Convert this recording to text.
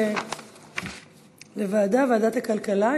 לוועדת הכלכלה,